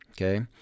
okay